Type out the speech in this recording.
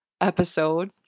episode